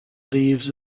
leaves